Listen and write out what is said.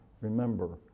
remember